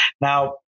Now